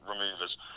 removers